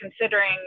considering